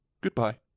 Goodbye